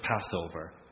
Passover